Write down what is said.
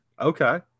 okay